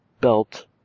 belt